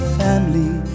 family